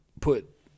put